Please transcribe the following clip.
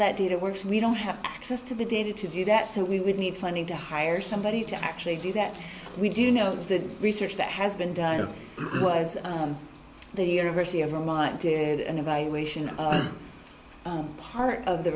it works we don't have access to the data to do that so we would need funding to hire somebody to actually do that we do know the research that has been done was the university of vermont did an evaluation part of the